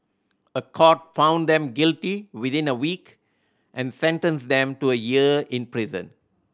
a court found them guilty within a week and sentenced them to a year in prison